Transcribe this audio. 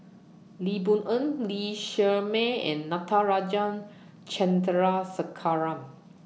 Lee Boon Ngan Lee Shermay and Natarajan Chandrasekaran